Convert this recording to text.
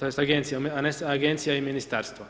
tj. agencija, a ne agencija i ministarstvo.